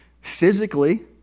Physically